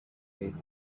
leta